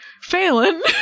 Phelan